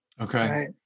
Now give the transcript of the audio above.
Okay